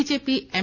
BJP ఎమ్